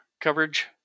coverage